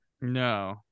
No